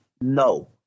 No